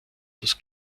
das